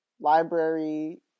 library